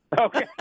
Okay